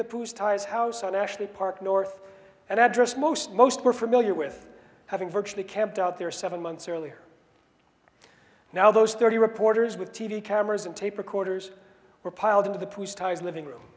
pews ties house on ashley park north and address most most were familiar with having virtually camped out there seven months earlier now those thirty reporters with t v cameras and tape recorders were piled into the police ties living room